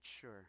sure